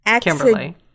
Kimberly